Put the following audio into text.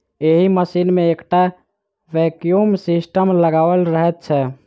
एहि मशीन मे एकटा वैक्यूम सिस्टम लगाओल रहैत छै